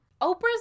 Oprah's